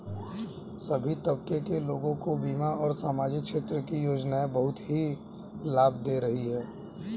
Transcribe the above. सभी तबके के लोगों को बीमा और सामाजिक क्षेत्र की योजनाएं बहुत ही लाभ दे रही हैं